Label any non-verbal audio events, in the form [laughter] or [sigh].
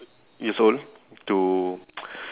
years old to [noise]